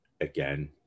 again